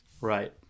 right